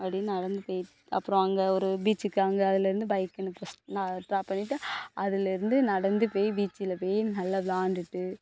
அப்படின்னு நடந்து போய் அப்புறம் அங்கே ஒரு பீச்சுக்கு அங்கே அதில் இருந்து பைக் எனக்கு ஃபர்ஸ்ட் நான் ட்ராப் பண்ணிட்டு அதுலேயிருந்து நடந்து போய் பீச்சில் போய் நல்லா விளாண்டுட்டு